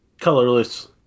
colorless